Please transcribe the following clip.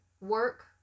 work